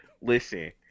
listen